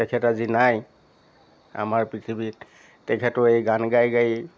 তেখেত আজি নাই আমাৰ পৃথিৱীত তেখেতো এই গান গাই গায়েই